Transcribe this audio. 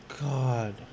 God